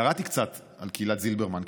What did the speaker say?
קראתי קצת על קהילת זילברמן,